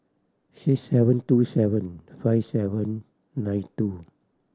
six seven two seven five seven nine two